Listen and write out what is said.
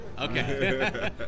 Okay